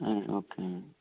okay అండి